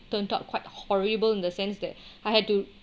turned up quite horrible in the sense that I had to